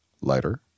lighter